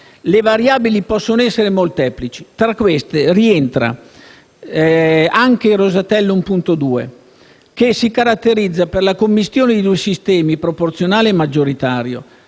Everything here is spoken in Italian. le variabili possono essere molteplici. Tra queste rientra anche il Rosatellum 2.0 che si caratterizza per la commistione di due sistemi - proporzionale e maggioritario